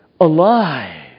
alive